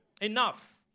Enough